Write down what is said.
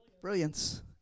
brilliance